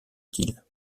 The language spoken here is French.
utile